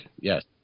yes